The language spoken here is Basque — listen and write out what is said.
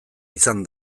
izan